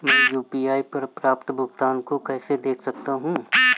मैं यू.पी.आई पर प्राप्त भुगतान को कैसे देख सकता हूं?